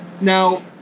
Now